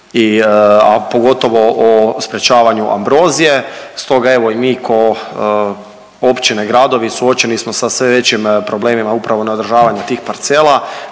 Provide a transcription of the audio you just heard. a pogotovo o sprječavanju ambrozije. Stoga evo i mi ko općine i gradovi suočeni smo sa sve većim problemima upravo na održavanju tih parcela